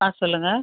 ஆ சொல்லுங்கள்